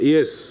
Yes